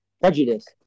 Prejudice